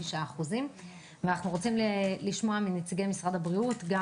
6%. אנו רוצים לשמוע מנציגי משרד הבריאות על